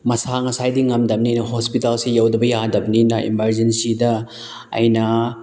ꯃꯁꯥ ꯉꯁꯥꯏꯗꯒꯤ ꯉꯝꯗꯝꯅꯤꯅ ꯍꯣꯁꯄꯤꯇꯥꯜꯁꯤ ꯌꯧꯗꯕ ꯌꯥꯗꯕꯅꯤꯅ ꯏꯃꯥꯔꯖꯦꯟꯁꯤꯗ ꯑꯩꯅ